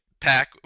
pack